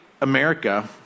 America